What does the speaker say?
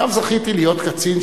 גם זכיתי להיות קצין,